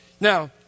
Now